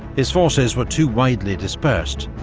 his forces were too widely dispersed,